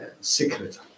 secret